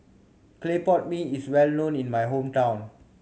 clay pot mee is well known in my hometown